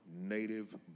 native